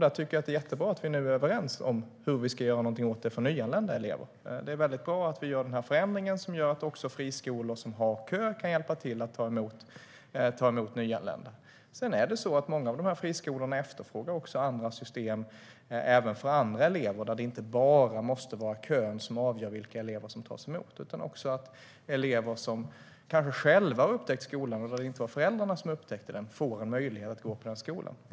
Jag tycker att det är jättebra att vi nu är överens om hur vi ska göra någonting åt detta för nyanlända elever. Det är väldigt bra att vi gör den här förändringen, som gör att även friskolor som har kö kan hjälpa till att ta emot nyanlända. Sedan är det så att många av friskolorna efterfrågar andra system, där det inte bara måste vara en kö som avgör vilka elever som tas emot. Om det är elever själva och inte föräldrarna som har upptäckt skolan borde de också kunna få en möjlighet att gå där.